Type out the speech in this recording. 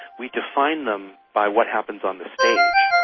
we define them by what happens on the stage,